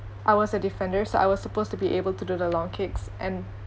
I was a defender so I was supposed to be able to do the long kicks and